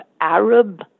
Arab